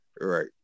Right